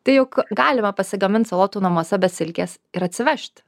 tai juk galima pasigamint salotų namuose be silkės ir atsivežt